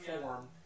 form